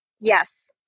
Yes